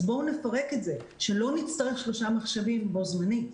אז בואו נפרק את זה שלא נצטרך 3 מחשבים בו זמנית.